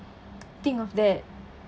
think of that